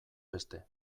beste